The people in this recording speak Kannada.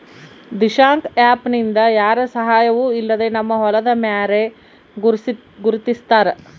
ದಿಶಾಂಕ ಆ್ಯಪ್ ನಿಂದ ಯಾರ ಸಹಾಯವೂ ಇಲ್ಲದೆ ನಮ್ಮ ಹೊಲದ ಮ್ಯಾರೆ ಗುರುತಿಸ್ತಾರ